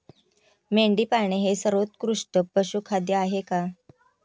मेंढी पाळणे हे सर्वोत्कृष्ट पशुखाद्य आहे का?